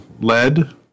lead